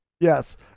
yes